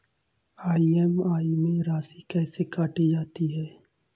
EMI में राशि कैसे काटी जाती है?